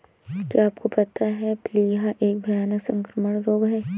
क्या आपको पता है प्लीहा एक भयानक संक्रामक रोग है?